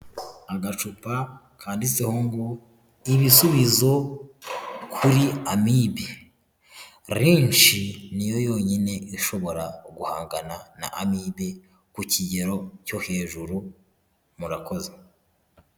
Agacupa kanditseho ngo ibisubizo kuri amibe, Reishi niyo yonyine ishobora guhangana n'amibe ku kigero cyo hejuru, murakoze.